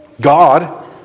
God